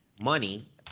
money